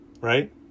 right